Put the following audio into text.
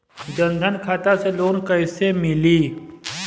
जन धन खाता से लोन कैसे मिली?